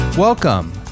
Welcome